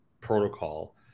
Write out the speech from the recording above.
protocol